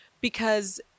because-